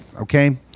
Okay